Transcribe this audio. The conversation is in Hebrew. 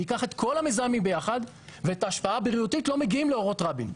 ניקח את כל המזהמים ביחד ואת ההשפעה הבריאותית לא מגיעים לאורות רבין.